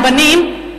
הבנים,